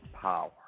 power